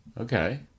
Okay